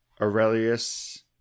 Aurelius